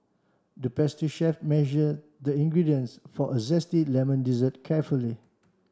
the pastry chef measured the ingredients for a zesty lemon dessert carefully